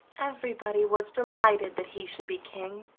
everybody was delighted that he should be king,